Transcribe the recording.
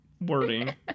wording